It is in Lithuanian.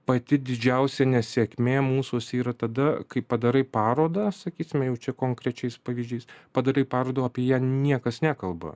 pati didžiausia nesėkmė mūsuose yra tada kai padarai parodą sakysime jau čia konkrečiais pavyzdžiais padarai parodą o apie ją niekas nekalba